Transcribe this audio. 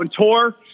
tour